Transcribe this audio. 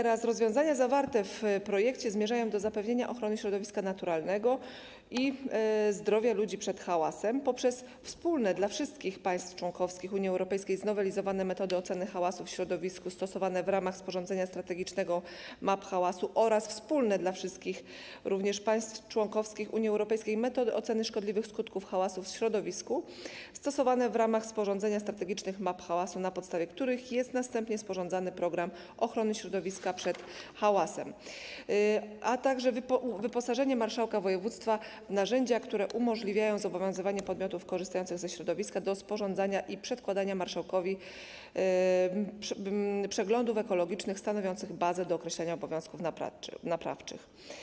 Rozwiązania zawarte w projekcie zmierzają do zapewnienia ochrony środowiska naturalnego i zdrowia ludzi przed hałasem poprzez wspólne dla wszystkich państw członkowskich Unii Europejskiej, znowelizowane metody oceny hałasu w środowisku stosowane w ramach sporządzania strategicznych map hałasu oraz również wspólne dla wszystkich państw członkowskich Unii Europejskiej metody oceny szkodliwych skutków hałasu w środowisku stosowane w ramach sporządzania strategicznych map hałasu, na podstawie których jest następnie sporządzany program ochrony środowiska przed hałasem, a także wyposażenie marszałka województwa w narzędzia, które umożliwiają zobowiązywanie podmiotów korzystających ze środowiska do sporządzania i przedkładania marszałkowi przeglądów ekologicznych stanowiących bazę do określenia obowiązków naprawczych.